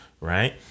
right